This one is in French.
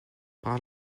par